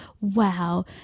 wow